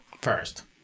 First